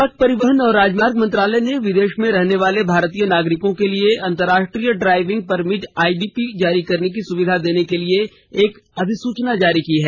सड़क परिवहन और राजमार्ग मंत्रालय ने विदेश में रहने वाले भारतीय नागरिकों के लिए अंतर्राष्ट्रीय ड्राइविंग परमिट आईडीपी जारी करने की सुविधा देने के लिए एक अधिसुचना जारी की है